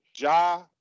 Ja